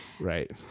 right